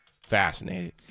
Fascinated